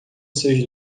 seus